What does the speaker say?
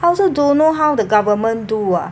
I also don't know how the government do ah